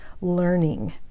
learning